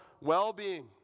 well-being